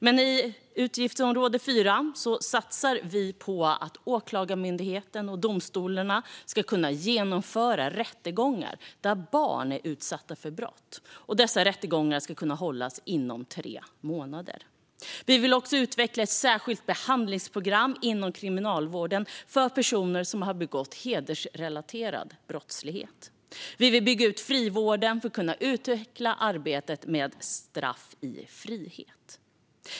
Men i utgiftsområde 4 satsar vi på att Åklagarmyndigheten och domstolarna ska kunna genomföra rättegångar där barn har utsatts för brott, och dessa rättegångar ska kunna hållas inom tre månader. Vi vill också utveckla ett särskilt behandlingsprogram inom kriminalvården för personer som har begått hedersrelaterad brottslighet. Vi vill bygga ut frivården för att kunna utveckla arbetet med straff i frihet.